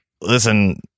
listen